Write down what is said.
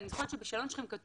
אני זוכרת שבשאלון שלכם כתוב,